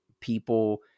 people